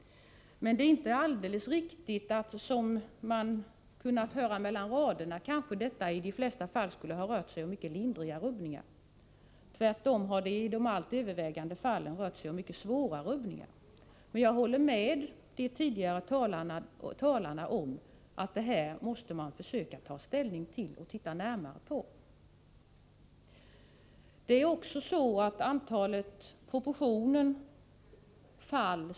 Men det är inte alldeles riktigt, som man kunde höra ”mellan raderna”, att det i de flesta fall skulle ha rört sig om mycket lindriga rubbningar. Tvärtom har det i det övervägande antalet fall rört sig om mycket svåra rubbningar. Jag håller med de tidigare talarna om att man måste se närmare på detta och försöka ta ställning.